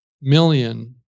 million